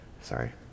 Sorry